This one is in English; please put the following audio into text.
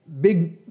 big